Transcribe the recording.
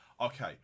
okay